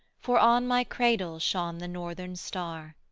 for on my cradle shone the northern star.